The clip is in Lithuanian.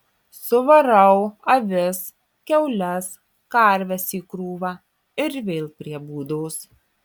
suvarau avis kiaules karves į krūvą ir vėl prie būdos